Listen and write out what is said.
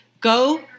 Go